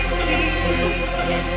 see